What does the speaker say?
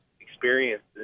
experiences